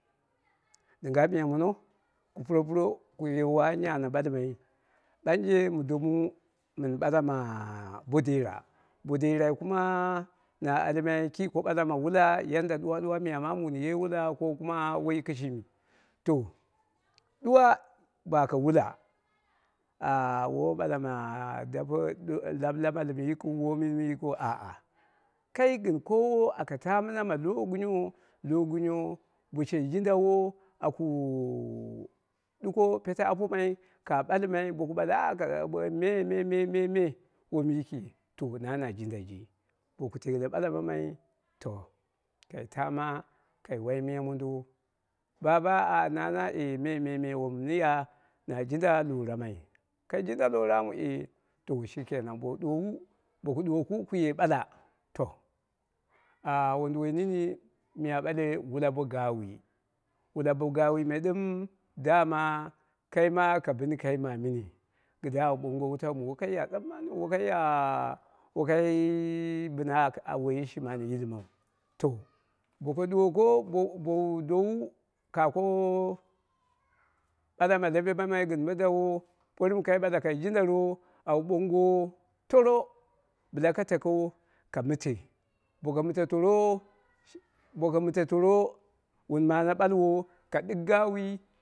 Ɗɨnga miya mono ku puropuro wu yawu anya ana ɓolmai ɓanje mɨ domu mɨn ɓala ma bodera, boderai kuma na almai ko ɓala ma wula yanaa miya maamu wun ye wula ɗuwa ɗuwa miya maamu wun ye wula ko kuma woi kɨshimiu to ɗuwa baka wula ah woi ɓala ma dape ah lab lamakim yikiu aa kai gɨn koowo aka mɨma ma logunyo, logunyo bo she jin dawo, akuu ɗuko pete apomai ka ɓalmai boku ɓale ah kaza a me me me me me womu yiki to na na jindaji boku teule ɓala mamman to kai taama kai wai miya mondo baba ah nana eh me me me womun ya na jinda lowora mai, kai jinda loramu eh to shi kenan bu duwowu boku duwoku kuye ɓala to, ah wonduwoi nini miya ɓale wula bo gaawi, wula bo gaawi me ɗɨm dama kaima ka bɨni kai mamini kɨdda au ɓoonga wutau mɨ woi ka ya tsamaniu, wokai ya kai bɨna woiyi shimi an yilmau to boko ɗuwoko bowu dowu ka ko ɓala ma lambe mammai gɨn ko mindo wo por mɨ kai ɓala kai jindaro au ɓoongo torro ɓila ka tako ka mɨte, boke mɨte torro wun mane ɓalwo ka ɗigh gaawi.